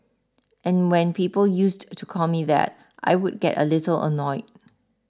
and when people used to call me that I would get a little annoyed